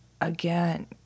again